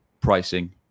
pricing